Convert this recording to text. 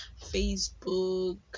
facebook